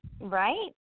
Right